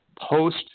post